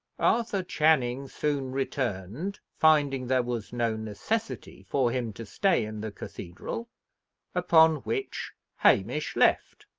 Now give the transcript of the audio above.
arthur channing soon returned, finding there was no necessity for him to stay in the cathedral upon which hamish left.